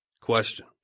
Question